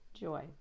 joy